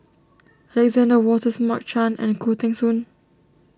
Alexander Wolters Mark Chan and Khoo Teng Soon